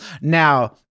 now